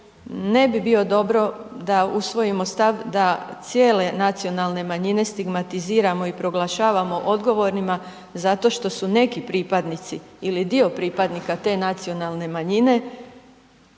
ne bi bilo dobro da usvojimo stav da cijele nacionalne manjine stigmatiziramo i proglašavamo odgovornima zato što su neki pripadnici ili dio pripadnika te nacionalne manjine